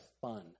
fun